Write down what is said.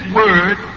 word